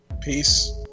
Peace